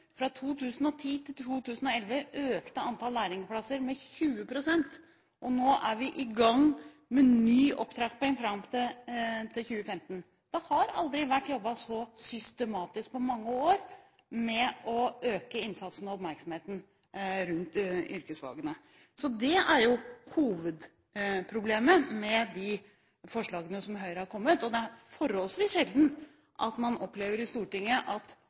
Fra 2010 til 2011 økte antall lærlingplasser med 20 pst. Nå er vi i gang med ny opptrapping fram til 2015. Det har ikke på mange år vært jobbet så systematisk med å øke innsatsen for og oppmerksomheten rundt yrkesfagene. Det er hovedproblemet med de forslagene som Høyre har kommet med. Det er forholdsvis sjelden man opplever i Stortinget at